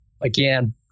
again